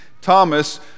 Thomas